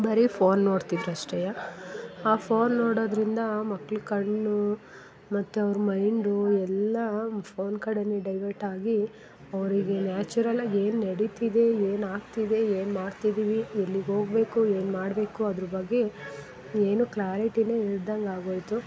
ಬರೀ ಫೋನ್ ನೋಡ್ತಿದ್ರು ಅಷ್ಟೆ ಆ ಫೋನ್ ನೋಡೋದರಿಂದ ಮಕ್ಕಳ ಕಣ್ಣು ಮತ್ತು ಅವ್ರ ಮೈಂಡು ಎಲ್ಲ ಫೋನ್ ಕಡೆಯೇ ಡೈವರ್ಟ್ ಆಗಿ ಅವರಿಗೆ ನ್ಯಾಚುರಲಾಗಿ ಏನು ನಡಿತಿದೆ ಏನು ಆಗ್ತಿದೆ ಏನು ಮಾಡ್ತಿದ್ದೀವಿ ಎಲ್ಲಿಗೆ ಹೋಗಬೇಕು ಏನು ಮಾಡಬೇಕು ಅದ್ರ ಬಗ್ಗೆ ಏನೂ ಕ್ಲಾರಿಟಿಯೇ ಇಲ್ದಂಗೆ ಆಗೋಯಿತು